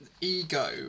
ego